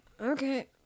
Okay